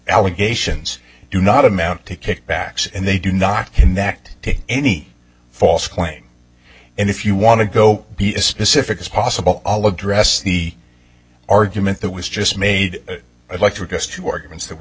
allegations do not amount to kickbacks and they do not connect to any false claim and if you want to go be as specific as possible i'll address the argument that was just made electric just two arguments that were